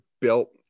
built